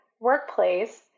workplace